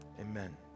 amen